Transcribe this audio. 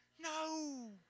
No